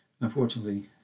unfortunately